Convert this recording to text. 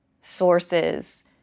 sources